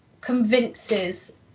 convinces